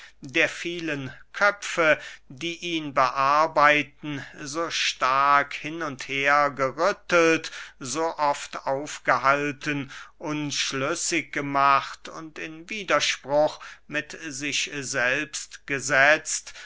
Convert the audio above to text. der vielen köpfe die ihn bearbeiten so stark hin und hergerüttelt so oft aufgehalten unschlüssig gemacht und in widerspruch mit sich selbst gesetzt